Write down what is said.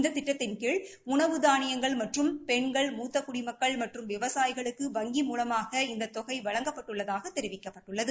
இந்த திட்டத்தின் கீழ் உணவு தானியங்கள் மற்றும் பெண்கள் மூத்த குடிமக்கள் மற்றும் விவசாயிகளுக்கு வங்கி மூலமாக இந்த தொகை வழங்கப்பட்டுள்ளதாக தெரிவிக்கப்பட்டுள்ளது